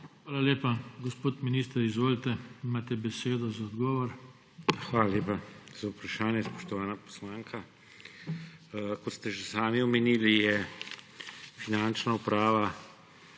Hvala lepa. Gospod minister, izvolite, imate besedo za odgovor. MAG. ANDREJ ŠIRCELJ: Hvala lepa za vprašanje, spoštovana poslanka. Kot ste že sami omenili, je Finančna uprava